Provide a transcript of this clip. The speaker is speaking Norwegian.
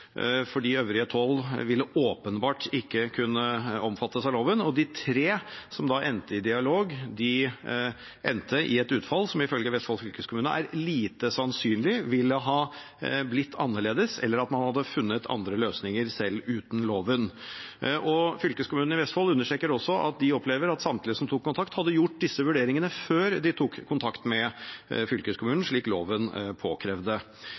øvrige tolv ville åpenbart ikke kunne omfattes av loven, og dialogen med de tre endte med et utfall som ifølge Vestfold fylkeskommune er lite sannsynlig ville blitt annerledes, eller man hadde selv funnet andre løsninger, uten loven. Fylkeskommunen i Vestfold understreker også at de opplever at samtlige som tok kontakt, hadde gjort disse vurderingene før de tok kontakt med fylkeskommunen, slik loven påkrevde.